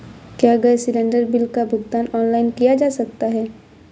क्या gas cylinder bill का भुगतान ऑनलाइन किया जा सकता है?